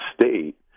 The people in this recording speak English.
state